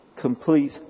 Complete